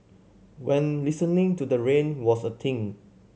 when listening to the rain was a thing